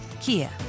Kia